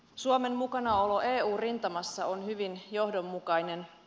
suomen mukanaolo eu rintamassa on hyvin johdonmukainen